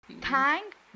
thank